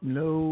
no